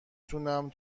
تونم